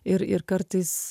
ir ir kartais